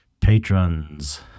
patrons